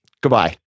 Goodbye